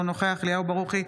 אינו נוכח אליהו ברוכי,